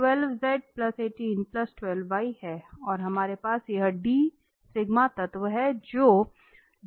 तो यह है और हमारे पास यह तत्व है जो है